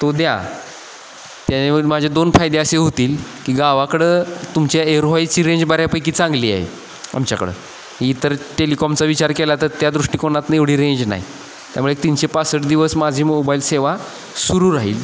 तो द्या त्यामुळे माझ्या दोन फायदे असे होतील की गावाकडं तुमच्या एअरवॉयची रेंज बऱ्यापैकी चांगली आहे आमच्याकडं इतर टेलिकॉमचा विचार केला तर त्या दृष्टिकोनातून एवढी रेंज नाही त्यामुळे तीनशे पासष्ट दिवस माझी मोबाईल सेवा सुरू राहील